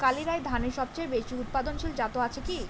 কালিরাই ধানের সবচেয়ে বেশি উৎপাদনশীল জাত আছে কি?